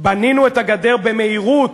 בנינו את הגדר במהירות.